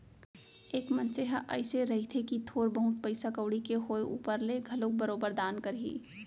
एक मनसे ह अइसे रहिथे कि थोर बहुत पइसा कउड़ी के होय ऊपर ले घलोक बरोबर दान करही